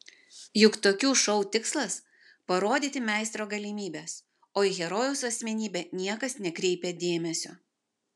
juk tokių šou tikslas parodyti meistro galimybes o į herojaus asmenybę niekas nekreipia dėmesio